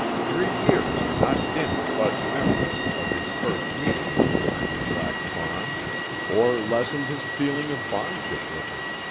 three years had not dimmed bud's memory of his first meeting with the tiny black fawn or lessened his feeling of bondship with him.